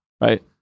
Right